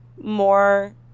more